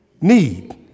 need